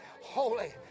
holy